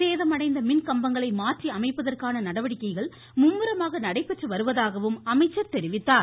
சேதமடைந்த மின்கம்பங்களை மாற்றி அமைப்பதற்கான நடவடிக்கைகள் மும்முரமாக நடைபெற்று வருவதாக அமைச்சர் தெரிவித்தார்